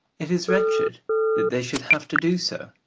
it is wretched that they should have to do so,